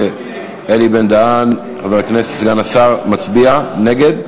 אלי בן-דהן, חבר הכנסת סגן השר, מצביע נגד.